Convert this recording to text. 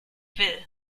will